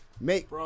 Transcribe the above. make